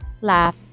laugh